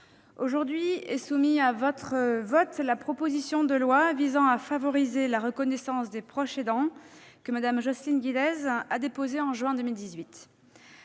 aujourd'hui est soumise à votre vote la proposition de loi visant à favoriser la reconnaissance des proches aidants que Mme Jocelyne Guidez a déposée en juin 2018.